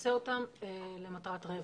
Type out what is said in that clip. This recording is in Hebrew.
שיעשה אותן למטרת רווח.